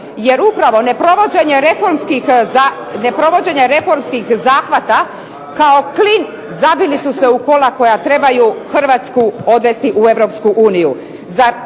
Jer upravo ne provođenje reformskih zahvata kao klin zabili su se u kola koja trebaju Hrvatsku odvesti u EU.